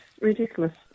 ridiculous